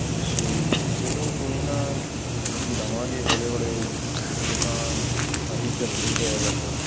ਅੱਛਾ ਜੀ ਚਲੋ ਕੋਈ ਨਾ ਵਧਾਵਾਂਗੇ ਹੌਲੀ ਹੌਲੀ ਅਜੇ ਤਾਂ ਅਸੀਂ ਚਲਦੇ ਰਹੇ ਬਸ